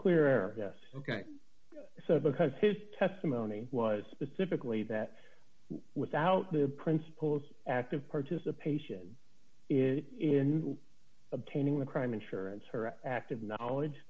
clear yes ok so because his testimony was specifically that without the principles active participation it in obtaining the crime insurance her active knowledge